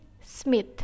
smith